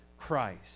Christ